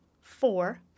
four